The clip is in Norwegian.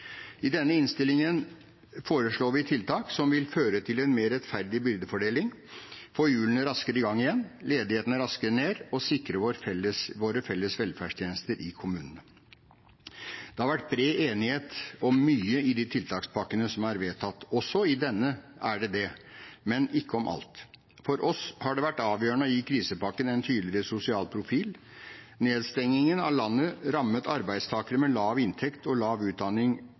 I denne innstillingen foreslår vi tiltak som vil føre til en mer rettferdig byrdefordeling, få hjulene raskere i gang igjen, ledigheten raskere ned og sikre våre felles velferdstjenester i kommunene. Det har vært bred enighet om mye i de tiltakspakkene som er vedtatt, også i denne er det det, men ikke om alt. For oss har det vært avgjørende å gi krisepakken en tydeligere sosial profil. Nedstengingen av landet rammet arbeidstakere med lav inntekt og lav utdanning